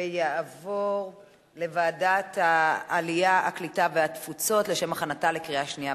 לוועדת העלייה, הקליטה והתפוצות נתקבלה.